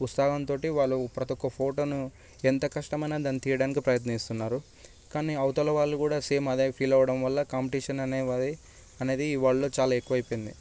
ఉత్సాహంతోటి వాళ్ళు ప్రతి ఒక్క ఫోటోను ఎంత కష్టమైనా దాన్ని తీయడానికి ప్రయత్నిస్తున్నారు కానీ అవతల వాళ్ళు కూడా సేమ్ అదే ఫీల్ అవడం వల్ల కాంపిటీషన్ అనేది వాళ్ళలో చాలా ఎక్కువైపోయింది